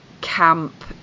camp